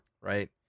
right